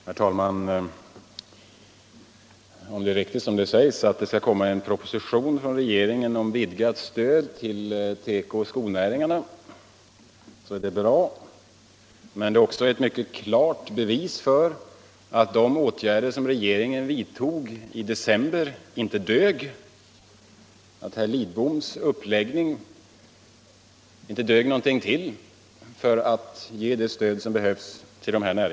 Herr talman! Om det är riktigt som det sägs att regeringen skall framlägga en proposition om vidgat stöd till teko och skonäringarna, så är det bra. Men det är också ett mycket klart bevis för att herr Lidboms åtgärder som regeringen vidtog i december inte dög till att ge dessa näringar det stöd som behövs.